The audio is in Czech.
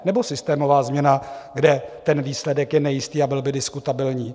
Nebo systémová změna, kde ten výsledek je nejistý a byl by diskutabilní?